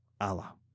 Allah